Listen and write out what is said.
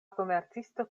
komercisto